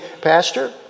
Pastor